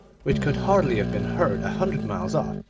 which could hardly have been heard a hundred miles off,